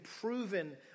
proven